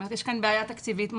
יש כאן בעיה תקציבית מהותית.